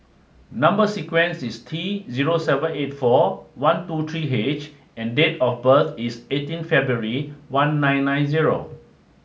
number sequence is T zero seven eight four one two three H and date of birth is eighteen February one nine nine zero